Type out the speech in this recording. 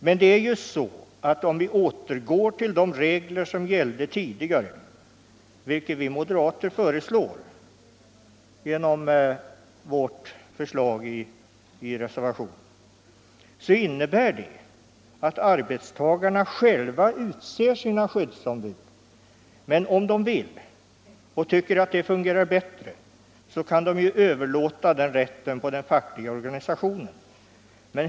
Men om man återgår till de regler som gällde tidigare, vilket vi moderater föreslår i reservationen 10, innebär det att arbetstagarna själva utser sina skyddsombud. Om de vill och tycker att det fungerar bättre kan de emellertid överlåta den rätten på den fackliga organisationen.